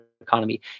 economy